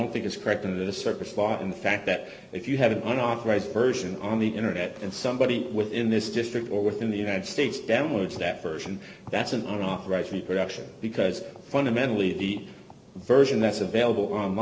don't think it's correct in the circus lot in fact that if you have an unauthorized version on the internet and somebody within this district or within the united states downloads that version that's an on off rights reproduction because fundamentally the version that's available on